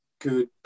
good